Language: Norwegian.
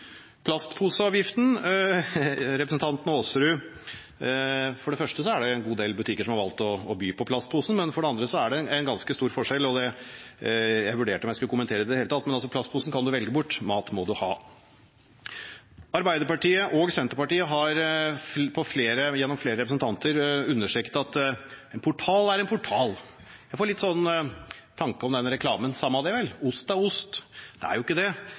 plastposeavgiften og representanten Aasrud. For det første er det en god del butikker som har valgt å by på plastposen, men for det andre er det en ganske stor forskjell – og jeg vurderte om jeg skulle kommentere det i det hele tatt: Plastposen kan man velge bort, mat må man ha. Arbeiderpartiet og Senterpartiet har gjennom flere representanter understreket at en portal er en portal. Jeg får litt tanker om reklamen «Samma det vel. Gulost er gulost!» Det er jo ikke det.